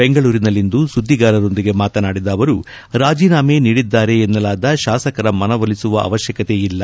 ಬೆಂಗಳೂರಿನಲ್ಲಿಂದು ಸುದ್ದಿಗಾರರೊಂದಿಗೆ ಮಾತನಾಡಿದ ಅವರು ರಾಜೀನಾಮೆ ನೀಡಿದ್ದಾರೆ ಎನ್ನಲಾದ ಶಾಸಕರ ಮನವೊಲಿಸುವ ಅವಶ್ಯಕತೆ ಇಲ್ಲ